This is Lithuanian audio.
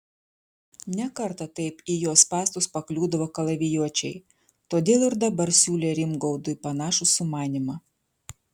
ne kartą taip į jo spąstus pakliūdavo kalavijuočiai todėl ir dabar siūlė rimgaudui panašų sumanymą